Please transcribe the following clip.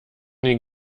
den